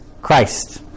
Christ